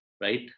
Right